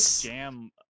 jam